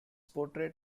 portrait